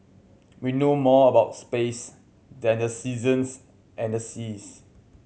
we know more about space than the seasons and the seas